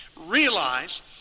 realize